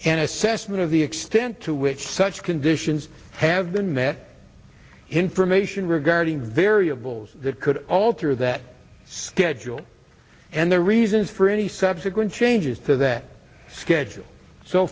an assessment of the extent to which such conditions have been that information regarding variables that could alter that schedule and their reasons for any subsequent changes to that schedule so